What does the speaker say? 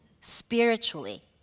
spiritually